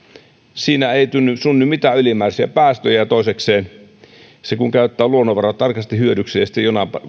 siinä ei synny synny mitään ylimääräisiä päästöjä ja toisekseen kun käyttää luonnonvarat tarkasti hyödyksi ja sitten